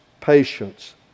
patience